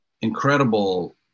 incredible